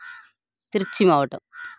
திருச்சி மாவட்டம்